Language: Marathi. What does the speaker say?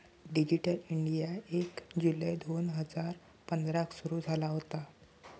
डीजीटल इंडीया एक जुलै दोन हजार पंधराक सुरू झाला होता